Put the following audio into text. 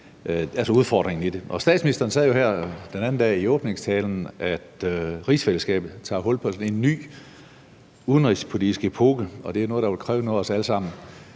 altså udfordringen i det. Statsministeren sagde jo her den anden dag i åbningstalen, at rigsfællesskabet tager hul på sådan en ny udenrigspolitisk epoke, og at det er noget, der vil kræve noget af os alle sammen.